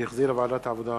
שהחזירה ועדת העבודה,